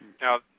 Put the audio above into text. Now